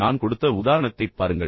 நான் கொடுத்த உதாரணத்தைப் பாருங்கள்